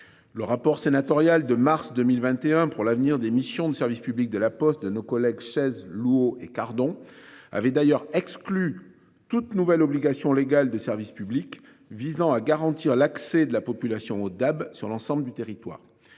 Le rapport sénatorial de mars 2021 pour l'avenir des missions de service public de la Poste de nos collègues chaises. Cardon avait d'ailleurs exclu toute nouvelle obligation légale de service public visant à garantir l'accès de la population DAB sur l'ensemble du territoire.